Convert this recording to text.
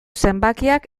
zenbakiak